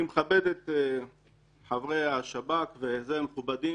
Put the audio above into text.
אני מכבד את חברי השב"כ המכובדים.